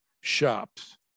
shops